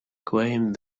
claimed